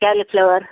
cauliflower